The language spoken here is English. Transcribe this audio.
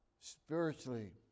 spiritually